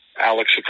Alex